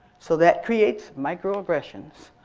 so that creates microaggressions.